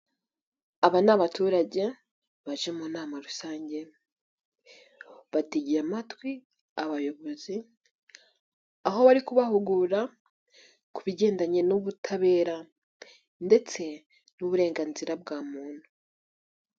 Aba ni abaturage baje mu nama rusange bategeye amatwi abayobozi, aho bari kubahugura ku bigendanye n'ubutabera ndetse n'uburenganzira bwa muntu.